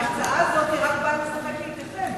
ההצעה הזאת רק באה לשחק לידיכם,